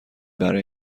برای